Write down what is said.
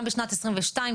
גם בשנת 2022,